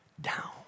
down